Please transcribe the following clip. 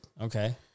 Okay